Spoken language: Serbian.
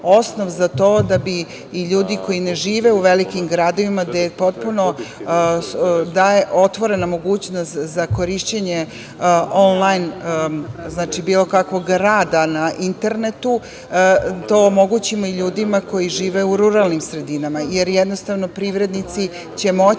osnov za to da bi ljudi koji ne žive u velikim gradovima gde se potpuno daje otvorena mogućnost za korišćenje onlajn, bilo kakvog rada na internetu, to omogućimo i ljudima koji žive u ruralnim sredinama, jer jednostavno privrednici će moći